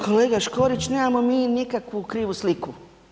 Kolega Škorić, nemamo mi nikakvu krivu sliku.